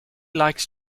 likes